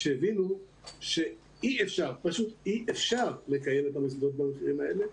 כשהבינו שאי אפשר לקיים את המוסדות במחירים האלה,